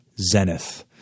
zenith